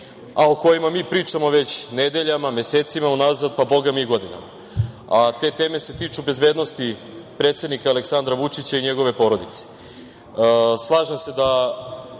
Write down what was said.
a o kojima mi pričamo već nedeljama, mesecima unazad, pa bogami i godinama, a te teme se tiču bezbednosti predsednika Aleksandra Vučića i njegove porodice. Slažem